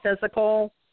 physical